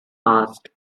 asked